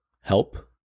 help